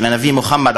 של הנביא מוחמד,